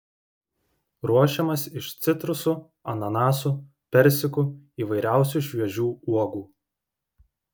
ruošiamas iš citrusų ananasų persikų įvairiausių šviežių uogų